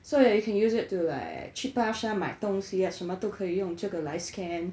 so that you can use it to like 去巴刹买东西 ah 什么都可以用这个来 scan